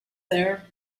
there